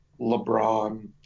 LeBron